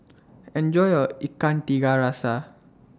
Enjoy your Ikan Tiga Rasa